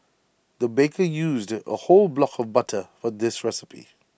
the baker used A whole block of butter for this recipe